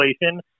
inflation